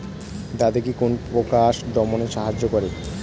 দাদেকি কোন পোকা দমনে সাহায্য করে?